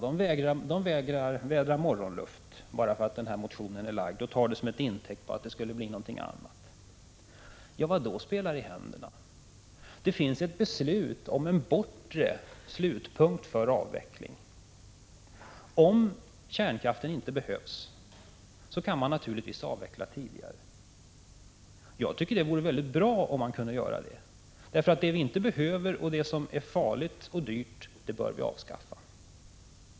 De vädrar morgonluft bara för att den här motionen är väckt och tar den som intäkt för att det skall bli fråga om någonting annat. Hur spelar det denna gruppi händerna? Det finns ett beslut om en bortre slutpunkt för avveckling. Om kärnkraften inte behövs kan man naturligtvis avveckla den tidigare. Jag tycker det vore väldigt bra om man kunde göra det. Det vi inte behöver och det som är farligt och dyrt bör vi avskaffa.